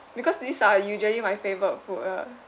because these are usually my favorite food lah